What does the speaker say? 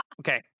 Okay